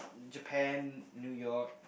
Japan New-York